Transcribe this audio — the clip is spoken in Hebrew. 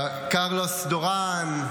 Carlos Duran,